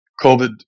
COVID